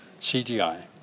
CGI